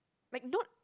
like not